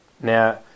Now